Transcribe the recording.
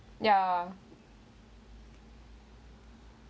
ya